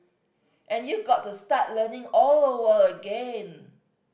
and you got to start learning all over again